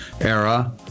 era